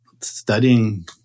studying